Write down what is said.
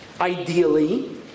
ideally